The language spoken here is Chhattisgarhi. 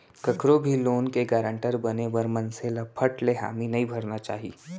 कखरो भी लोन के गारंटर बने बर मनसे ल फट ले हामी नइ भरना चाही